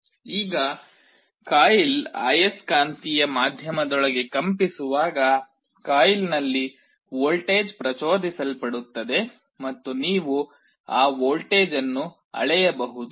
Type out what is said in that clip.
ಈಗ ಕಾಯಿಲ್ ಆಯಸ್ಕಾಂತೀಯ ಮಾಧ್ಯಮದೊಳಗೆ ಕಂಪಿಸುವಾಗ ಕಾಯಿಲ್ನಲ್ಲಿ ವೋಲ್ಟೇಜ್ ಪ್ರಚೋದಿಸಲ್ಪಡುತ್ತದೆ ಮತ್ತು ನೀವು ಆ ವೋಲ್ಟೇಜ್ ಅನ್ನು ಅಳೆಯಬಹುದು